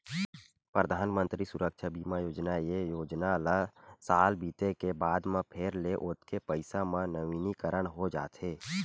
परधानमंतरी सुरक्छा बीमा योजना, ए योजना ल साल बीते के बाद म फेर ले ओतके पइसा म नवीनीकरन हो जाथे